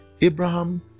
Abraham